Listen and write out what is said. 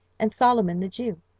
and solomon, the jew.